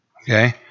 Okay